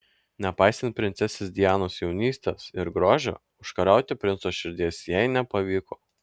nepaisant princesės dianos jaunystės ir grožio užkariauti princo širdies jai nepavyko